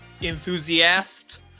enthusiast